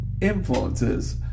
influences